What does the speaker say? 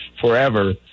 forever